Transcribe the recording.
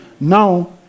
Now